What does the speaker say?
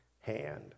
hand